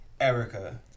Erica